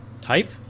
type